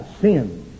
sin